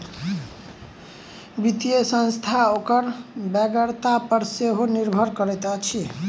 वित्तीय संस्था ओकर बेगरता पर सेहो निर्भर करैत अछि